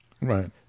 Right